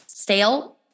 stale